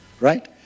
Right